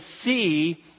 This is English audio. see